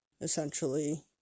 Essentially